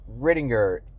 Rittinger